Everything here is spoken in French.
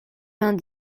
vingt